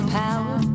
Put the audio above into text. power